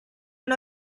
non